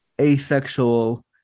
asexual